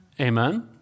Amen